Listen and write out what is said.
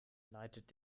leitet